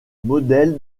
modèle